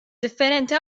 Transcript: differenti